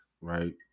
right